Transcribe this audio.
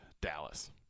Dallas